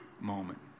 moment